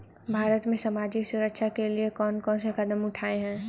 भारत में सामाजिक सुरक्षा के लिए कौन कौन से कदम उठाये हैं?